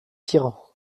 tyran